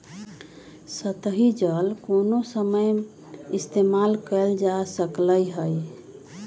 सतही जल कोनो समय इस्तेमाल कएल जा सकलई हई